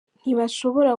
ntibashobora